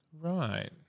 Right